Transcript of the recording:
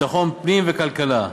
ביטחון הפנים והכלכלה.